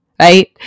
right